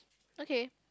okay